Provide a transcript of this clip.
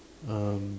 um